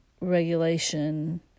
regulation